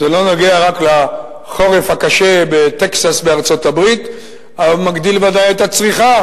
זה לא נוגע רק לחורף הקשה בטקסס בארצות-הברית המגדיל ודאי את הצריכה,